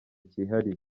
cyihariye